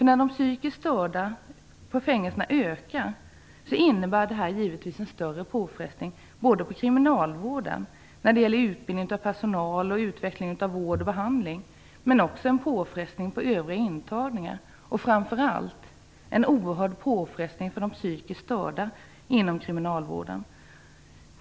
När de psykiskt störda på fängelserna ökar innebär det givetvis en större påfrestning på kriminalvården när det gäller utbildning av personal och utveckling av vård och behandling, men det innebär också en påfrestning för övriga intagna och framför allt en oerhörd påfrestning för de psykiskt störda inom kriminalvården.